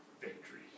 victory